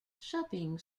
shopping